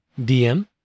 DM